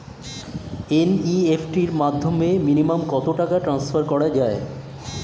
NEFT র মাধ্যমে minimum কত টাকা ট্রান্সফার করা যায়?